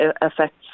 affects